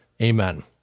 Amen